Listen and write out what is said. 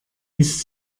ist